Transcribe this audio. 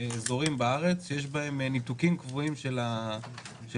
אזורים בארץ שיש בהם ניתוקים קבועים של הסלולר,